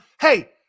hey